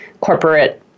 corporate